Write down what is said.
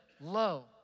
low